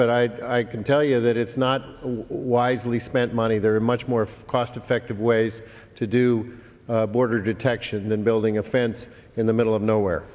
but i can tell you that it's not wisely spent money there are much more cost effective ways to do border detection than building a fence in the middle of nowhere